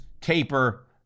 taper